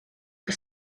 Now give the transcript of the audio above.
que